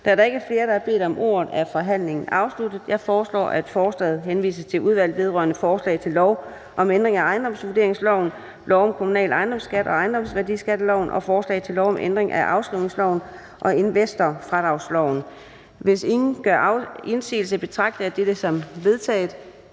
Da der ikke er flere, der har bedt om ordet, er forhandlingen afsluttet. Jeg foreslår, at lovforslaget henvises til Udvalget vedrørende forslag til lov om ændring af ejendomsvurderingsloven, lov om kommunal ejendomsskat og ejendomsværdiskatteloven og forslag til lov om ændring af afskrivningsloven og investorfradragsloven. Hvis ingen gør indsigelse, betragter jeg dette som vedtaget.